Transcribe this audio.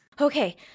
Okay